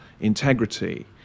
integrity